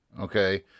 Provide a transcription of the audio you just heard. okay